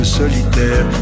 solitaire